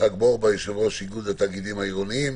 יצחק בורבא, יושב-ראש איגוד התאגידים העירוניים.